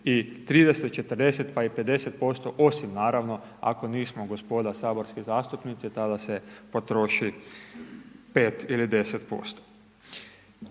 i 30, 40 pa i 50% osim naravno ako nismo gospoda saborski zastupnici tada se potroši 5 ili 10%.